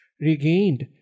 Regained